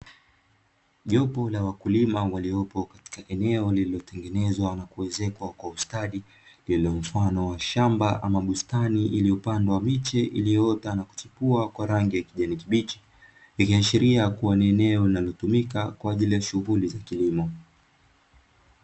Jopo la wakulima waliopo katika eneo lililotengenezwa na kuwezekwa kwa ustadi lililo mfano wa shamba ama bustani iliyopandwa miche, iliyoota na kuchukua kwa rangi ya kijani kibichi, ikiashiria kuwa ni eneo linalotumika kwa ajili ya shughuli za kilimo.